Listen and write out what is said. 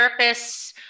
therapists